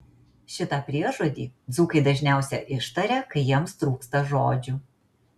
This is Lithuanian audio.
šitą priežodį dzūkai dažniausiai ištaria kai jiems trūksta žodžių